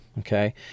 Okay